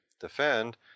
defend